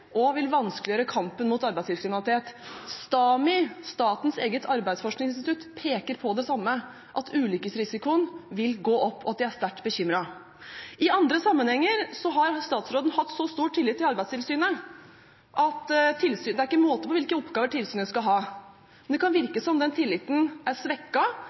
og vanskeliggjøre kampen mot arbeidslivskriminalitet. STAMI, statens eget arbeidsforskningsinstitutt, peker på det samme, at ulykkesrisikoen vil gå opp, og at de er sterkt bekymret. I andre sammenhenger har statsråden hatt så stor tillit til Arbeidstilsynet at det er ikke måte på hvilke oppgaver tilsynet skal ha. Men det kan virke som om den tilliten er